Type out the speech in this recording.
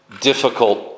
difficult